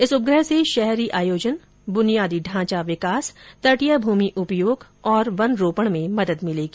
इस उपग्रह से शहरी आयोजन बुनिया ढांचा विकास तटीय भूमि उपयोग और वन रोपण में मदद मिलेगी